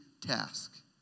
task